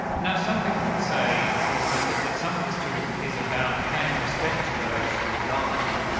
now some people would say of course, that that some of this tourism is about paying respect to those who've died,